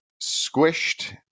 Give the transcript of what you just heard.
squished